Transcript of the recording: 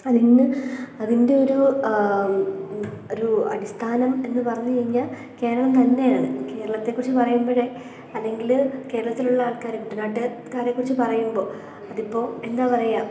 അതിന്ന് അതിൻ്റെയൊരു ഒരു അടിസ്ഥാനം എന്ന് പറഞ്ഞുകഴിഞ്ഞാൽ കേരളം തന്നെയാണ് കേരളത്തെക്കുറിച്ച് പറയുമ്പോഴേ അല്ലെങ്കിൽ കേരളത്തിലുള്ള ആൾക്കാരെ കുട്ടനാട്ടുകാരെക്കുറിച്ച് പറയുമ്പോൾ അതിപ്പൊൾ എന്താ പറയുക